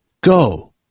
Go